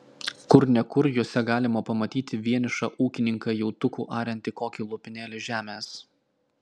kur ne kur juose galima pamatyti vienišą ūkininką jautuku ariantį kokį lopinėlį žemės